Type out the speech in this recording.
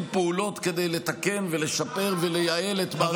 פעולות כדי לתקן ולשפר ולייעל את מערכת המשפט.